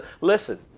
listen